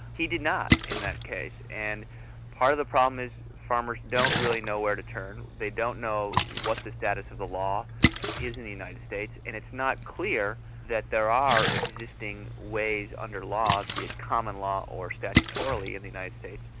he did not, in that case, and part of the problem is farmers don't really know where to turn, they don't know what the status of the law is in the united states and it's not clear that there are existing ways under law, be it common law or statutorily in the united states,